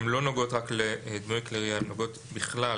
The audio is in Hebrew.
הן לא נוגעות רק לדמויי כלי ירייה אלא נוגעות בכלל